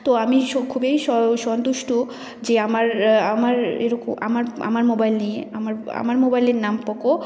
তো আমি খুবই সন্তুষ্ট যে আমার আমার এরকম আমার আমার মোবাইল নিয়ে আমার আমার মোবাইলের নাম পোকো